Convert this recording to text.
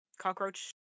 cockroach